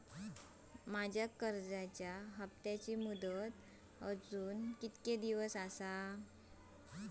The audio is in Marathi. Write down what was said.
माझ्या कर्जाचा हप्ताची मुदत अजून किती दिवस असा?